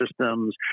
systems